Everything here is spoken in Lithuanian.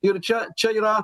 ir čia čia yra